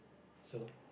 so